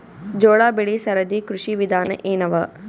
ಜೋಳ ಬೆಳಿ ಸರದಿ ಕೃಷಿ ವಿಧಾನ ಎನವ?